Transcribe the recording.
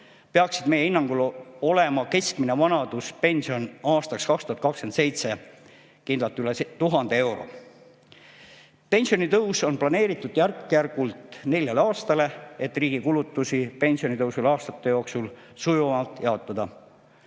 peaks meie hinnangul olema keskmine vanaduspension aastaks 2027 kindlalt üle 1000 euro. Pensionitõus on planeeritud järk-järgult neljale aastale, et riigi kulutusi pensionitõusule aastate jooksul sujuvamalt jaotada.